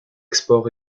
export